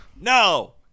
no